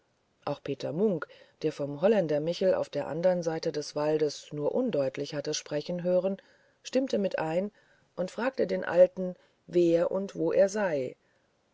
auch peter munk der vom holländer michel auf der andern seite des waldes nur undeutlich hatte sprechen gehört stimmte mit ein und fragte den alten wer und wo er sei